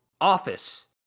office